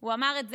הוא אמר את זה,